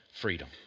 freedom